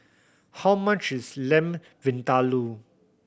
how much is Lamb Vindaloo